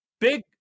Big